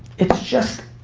it's just,